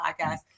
podcast